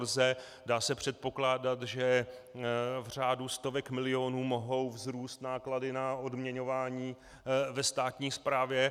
Dá se předpokládat, že v řádu stovek milionů mohou vzrůst náklady na odměňování ve státní správě.